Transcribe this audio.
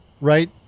Right